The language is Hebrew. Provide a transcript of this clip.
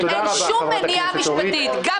תודה רבה חברת הכנסת פרקש.